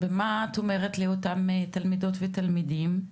ומה את אומרת לאותם תלמידות ותלמידים,